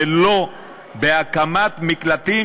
ולא בהקמת מקלטים,